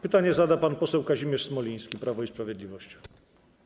Pytanie zada pan poseł Kazimierz Smoliński, Prawo i Sprawiedliwość.